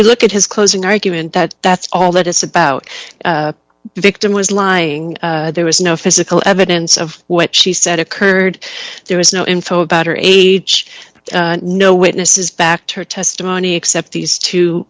you look at his closing argument that that's all that it's about the victim was lying there was no physical evidence of what she said occurred there was no info about her age no witnesses backed her testimony except these two